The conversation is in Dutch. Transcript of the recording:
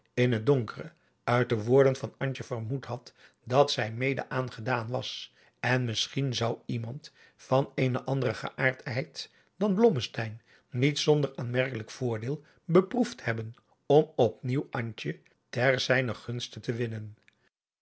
in het donkere uit de woorden van antje vermoed had dat zij mede aangedaan was en misschien zou iemand van eene andere geaardheid dan blommesteyn niet zonder aanmerkelijk voordeel beproefd hebben om op nieuw antje ter zijner gunste te winnen